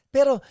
Pero